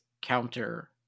counter